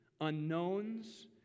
unknowns